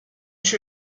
she